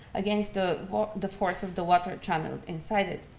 against ah the force of the water channeled inside it.